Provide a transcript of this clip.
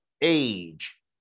age